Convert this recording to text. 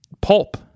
pulp